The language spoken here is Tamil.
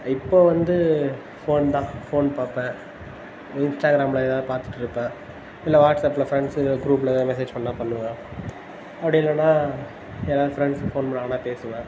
இப்போது வந்து ஃபோன் தான் ஃபோன் பார்ப்பேன் இன்ஸ்டாக்ராமில் எதாவது பார்த்துட்ருப்பேன் இல்லை வாட்ஸப்பில் ஃப்ரெண்ட்ஸுங்கள் க்ரூப்பில் எதாவது மெஸேஜ் பண்ணால் பண்ணுவேன் அப்படி இல்லைன்னா யாராவது ஃப்ரெண்ட்ஸ் ஃபோன் பண்ணாங்கன்னால் பேசுவேன்